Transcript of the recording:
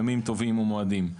ימים טובים ומועדים.